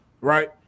Right